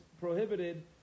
prohibited